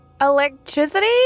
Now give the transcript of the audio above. Electricity